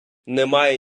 немає